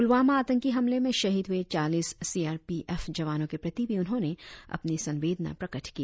पुलवामा आंतकी हमले में शहिद हुए चालीस सी आर पी एफ जवानों के प्रति भी उन्होंने अपने संवेदना प्रकट की